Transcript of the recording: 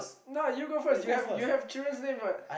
no you go first you have you have children name what